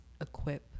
equip